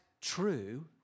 true